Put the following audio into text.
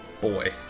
Boy